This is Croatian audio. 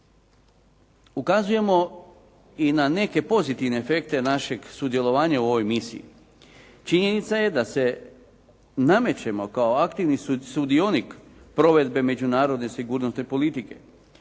Ukazujemo i na neke pozitivne efekte našeg sudjelovanja u ovoj misiji. Činjenica je da se namećemo kao aktivni sudionik provedbe međunarodne sigurnosne politike.